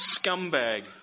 scumbag